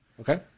Okay